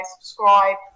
subscribe